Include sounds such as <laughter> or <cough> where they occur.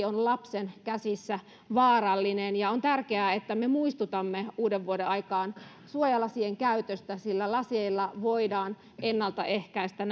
<unintelligible> on lapsen käsissä vaarallinen on tärkeää että me muistutamme uudenvuoden aikaan suojalasien käytöstä sillä laseilla voidaan ennaltaehkäistä <unintelligible>